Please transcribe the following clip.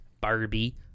Barbie